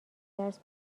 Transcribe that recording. درس